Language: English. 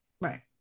Right